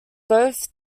both